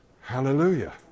hallelujah